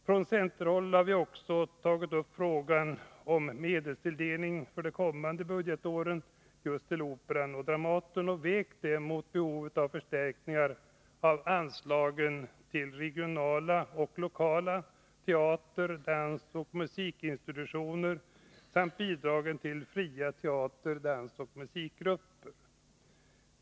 Från centerhåll har vi också tagit upp frågan om medelstilldelningen för det kommande budgetåret till Operan och Dramaten och vägt den mot behovet av förstärkningar av anslagen till regionala och lokala teater-, dansoch musikinstitutioner samt bidragen till fria teater-, dansoch musikgrupper.